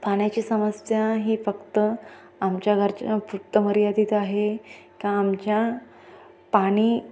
पाण्याची समस्या ही फक्त आमच्या घरच्या फक्त मर्यादित आहे का आमच्या पाणी